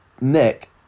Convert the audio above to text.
Nick